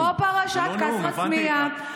כמו פרשת כסרא-סמיע,